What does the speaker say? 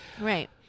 Right